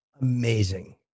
Amazing